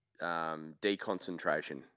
deconcentration